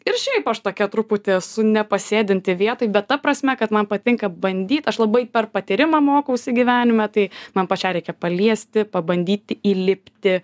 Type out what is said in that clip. ir šiaip aš tokia truputį esu nepasėdinti vietoj bet ta prasme kad man patinka bandyt aš labai per patyrimą mokausi gyvenime tai man pačiai reikia paliesti pabandyti įlipti